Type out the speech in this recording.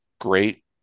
great